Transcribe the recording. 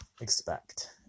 expect